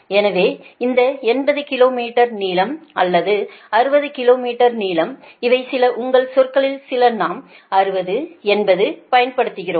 எனவே இந்த 80 kilometre நீளம் அல்லது 60 கிலோ மீட்டர் நீளம் இவை சில உங்கள் சொற்களில் சில நாம் 60 80 பயன்படுத்துகிறோம்